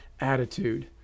attitude